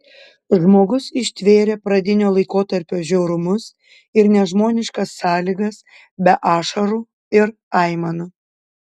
žmogus ištvėrė pradinio laikotarpio žiaurumus ir nežmoniškas sąlygas be ašarų ir aimanų